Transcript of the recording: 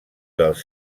dels